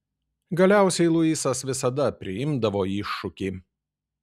galiausiai luisas visada priimdavo iššūkį